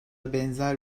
benzer